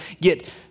get